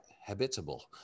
habitable